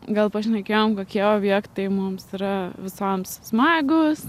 gal pašnekėjom kokie objektai mums yra visoms smagūs